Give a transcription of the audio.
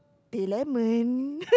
teh lemon